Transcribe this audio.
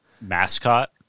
Mascot